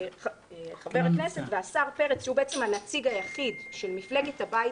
חבר הכנסת והשר פרץ שהוא הנציג היחיד של מפלגת הבית